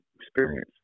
experience